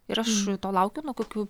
ir aš to laukiau nuo kokių